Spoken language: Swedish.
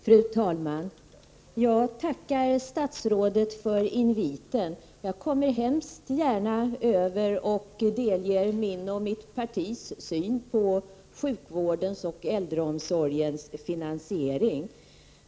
Fru talman! Jag tackar statsrådet för inviten. Jag kommer mycket gärna över och delger min och mitt partis syn på sjukvårdens och äldreomsorgens finansiering.